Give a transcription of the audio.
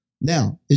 Now